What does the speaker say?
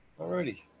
alrighty